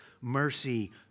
mercy